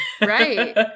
Right